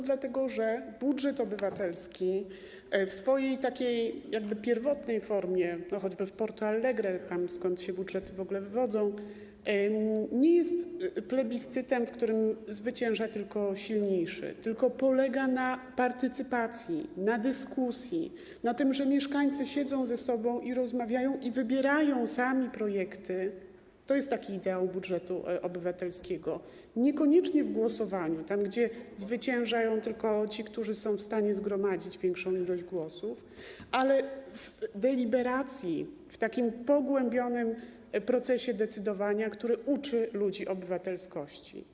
Dlatego że budżet obywatelski w swojej takiej pierwotnej formie, choćby w Porto Alegre, skąd w ogóle budżety się wywodzą, nie jest plebiscytem, w którym zwycięża tylko silniejszy, ale polega na partycypacji, na dyskusji, na tym, że mieszkańcy siedzą ze sobą, rozmawiają i sami wybierają projekty - to jest taki ideał budżetu obywatelskiego - niekoniecznie w głosowaniu, gdzie zwyciężają tylko ci, którzy są w stanie zgromadzić większą liczbę głosów, ale w deliberacji, w takim pogłębionym procesie decydowania, które uczy ludzi obywatelskości.